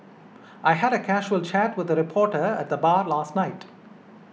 I had a casual chat with a reporter at the bar last night